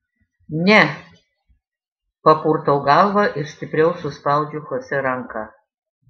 ne papurtau galvą ir stipriau suspaudžiu chosė ranką